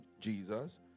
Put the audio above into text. Jesus